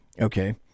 Okay